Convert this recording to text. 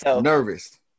Nervous